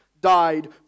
died